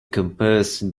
comparison